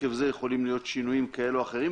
ועקב זה יכולים להיות שינויים כאלה ואחרים,